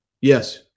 Yes